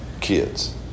kids